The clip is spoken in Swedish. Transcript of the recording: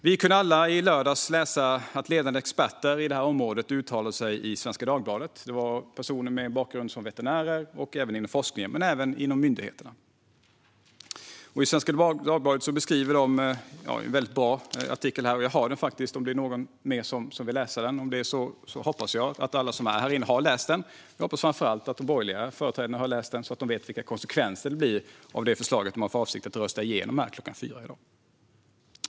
Vi kunde alla i lördags läsa att ledande experter på området uttalade sig i Svenska Dagbladet. Det var personer med bakgrund som veterinärer och inom forskningen men även inom myndigheterna. Det är en väldigt bra artikel i Svenska Dagbladet. Jag har den här om det finns någon mer som vill läsa den. Jag hoppas att alla som är här inne har läst den. Jag hoppas framför allt att de borgerliga företrädarna har läst den så att de vet vilka konsekvenser det blir av det förslag som de har för avsikt att rösta igenom här klockan 16.00 i dag.